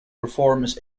performs